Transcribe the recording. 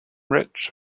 rich